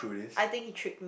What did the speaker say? I think he tricked me